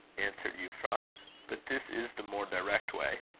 answered euphra but this is the more direct way.